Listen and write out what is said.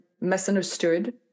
misunderstood